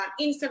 Instagram